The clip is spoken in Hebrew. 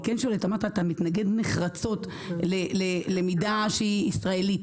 אני שואלת למה אתה מתנגד נחרצות למידה שהיא ישראלית.